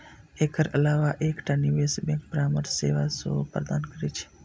एकर अलावा एकटा निवेश बैंक परामर्श सेवा सेहो प्रदान करै छै